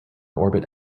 orbit